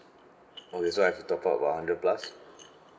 okay so I have to top up about hundred plus